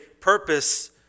purpose